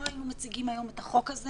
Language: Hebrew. לא היו מציגים היום את החוק הזה